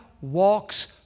walks